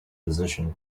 position